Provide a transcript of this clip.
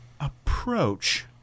approach